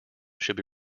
should